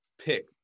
pick